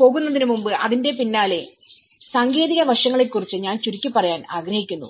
പോകുന്നതിന് മുമ്പ് അതിന്റെ പിന്നിലെ സാങ്കേതിക വശങ്ങളെ കുറിച്ച് ഞാൻ ചുരുക്കി പറയാൻ ആഗ്രഹിക്കുന്നു